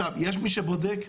יש מי שבודק,